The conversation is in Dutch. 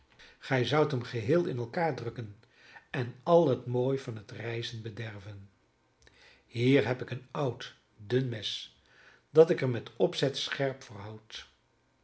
gij zoudt hem geheel in elkaar drukken en al het mooi van het rijzen bederven hier heb ik een oud dun mes dat ik er met opzet scherp